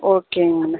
ஓகேங்க மேம்